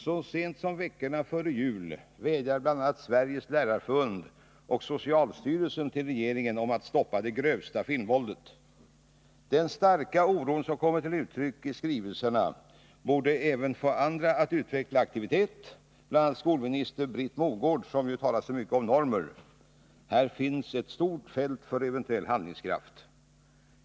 Så sent som veckorna före jul vädjade bl.a. Sveriges lärarförbund och socialstyrelsen till regeringen om att stoppa det grövsta filmvåldet. Den starka oro som kommer till uttryck i skrivelserna borde få även andra att utveckla aktivitet — bl.a. skolminister Britt Mogård, som talar så mycket om normer, har här ett stort fält för eventuell handlingskraft.